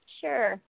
sure